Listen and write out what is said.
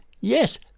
Yes